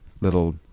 little